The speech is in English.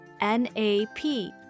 N-A-P